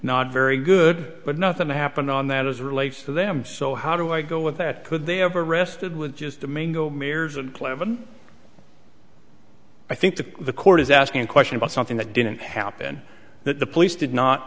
not very good but nothing happened on that as relates to them so how do i go with that could they ever rested with just domingo mears and clapham i think that the court is asking a question about something that didn't happen that the police did not